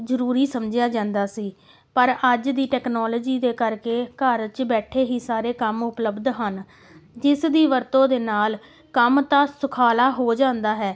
ਜ਼ਰੂਰੀ ਸਮਝਿਆ ਜਾਂਦਾ ਸੀ ਪਰ ਅੱਜ ਦੀ ਟੈਕਨੋਲੋਜੀ ਦੇ ਕਰਕੇ ਘਰ 'ਚ ਬੈਠੇ ਹੀ ਸਾਰੇ ਕੰਮ ਉਪਲਬਧ ਹਨ ਜਿਸ ਦੀ ਵਰਤੋਂ ਦੇ ਨਾਲ ਕੰਮ ਤਾਂ ਸੁਖਾਲਾ ਹੋ ਜਾਂਦਾ ਹੈ